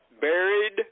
buried